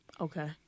Okay